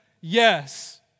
Yes